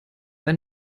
ein